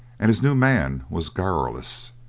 and his new man was garrulous,